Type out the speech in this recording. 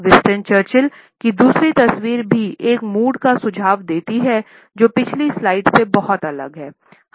Winston Churchill की दूसरी तस्वीर भी एक मूड का सुझाव देती है जो पिछली स्लाइड से बहुत अलग है